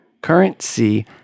Currency